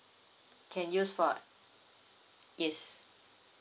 can use for yes